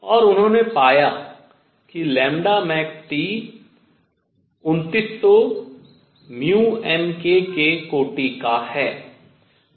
और उन्होंने पाया कि maxT 2900 μmK के कोटि का है